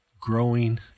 growing